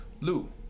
Lou